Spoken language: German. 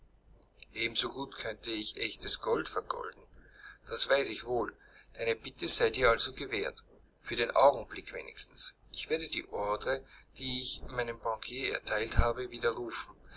ebensogut könnte ich echtes gold vergolden das weiß ich wohl deine bitte sei dir also gewährt für den augenblick wenigstens ich werde die ordre die ich meinem banquier erteilt habe widerrufen